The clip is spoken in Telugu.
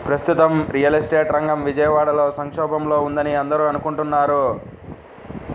ప్రస్తుతం రియల్ ఎస్టేట్ రంగం విజయవాడలో సంక్షోభంలో ఉందని అందరూ అనుకుంటున్నారు